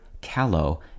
callow